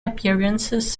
appearances